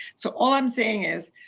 so all i'm saying is,